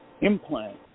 implant